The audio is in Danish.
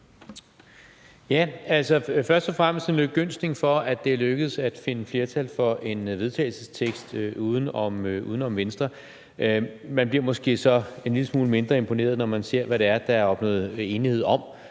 Først og fremmest en lykønskning for, at det er lykkedes at finde flertal for en vedtagelsestekst uden om Venstre. Man bliver måske så en lille smule mindre imponeret, når man ser, hvad det er, der er opnået enighed om,